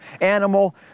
animal